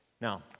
Now